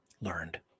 learned